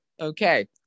okay